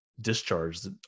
discharged